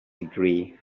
degree